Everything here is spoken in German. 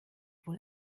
wohl